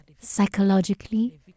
psychologically